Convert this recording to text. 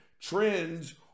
Trends